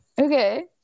okay